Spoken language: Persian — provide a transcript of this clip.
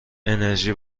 انِرژی